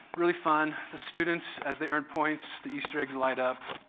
really fun. the students, as they earn points the easter eggs light up.